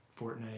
fortnite